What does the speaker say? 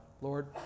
Lord